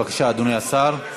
בבקשה, אדוני השר.